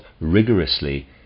rigorously